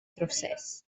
drywsus